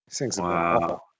Wow